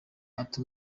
ati